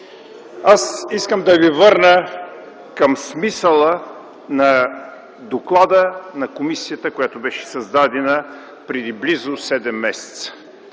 Аз искам да ви върна към смисъла на доклада на комисията, която беше създадена, преди близо седем месеца.